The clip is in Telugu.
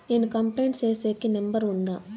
నేను కంప్లైంట్ సేసేకి నెంబర్ ఉందా?